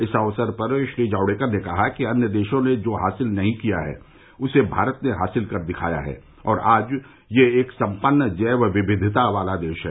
इस अवसर पर श्री जावड़ेकर ने कहा कि अन्य देशों ने जो हासिल नहीं किया है उसे भारत ने हासिल कर दिखाया है और आज यह एक संपन्न जैव विविधता वाला देश है